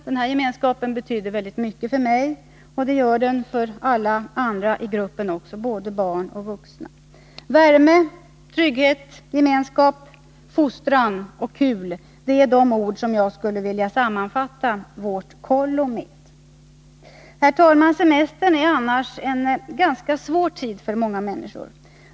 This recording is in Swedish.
Den här gemenskapen betyder mycket för mig, och det gör den också för alla andra i gruppen, både barn och vuxna. Värme, trygghet, gemenskap, fostran och kul — det är de ord med vilka jag skulle vilja sammanfatta vårt kollo. Herr talman! Semestern är annars en ganska svår tid för många människor.